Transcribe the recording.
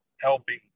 helping